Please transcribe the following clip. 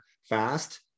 fast